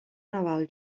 naval